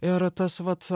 ir tas vat